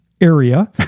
area